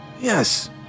Yes